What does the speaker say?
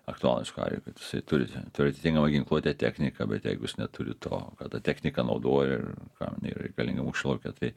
aktualūs kariui kad jisai turi ten turi atitnkamą ginkluotę techniką bet jeigu jis neturi to kad tą techniką naudoja ir kam jinai yra reikalinga mūšio lauke tai